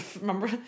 remember